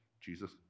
Jesus